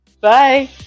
bye